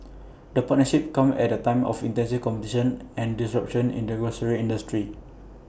the partnership comes at A time of intense competition and disruption in the grocery industry